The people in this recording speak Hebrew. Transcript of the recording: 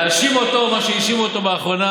להאשים אותו במה שהאשימו אותו לאחרונה